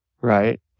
right